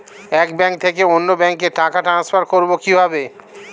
এক ব্যাংক থেকে অন্য ব্যাংকে টাকা ট্রান্সফার করবো কিভাবে?